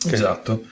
esatto